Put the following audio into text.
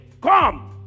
Come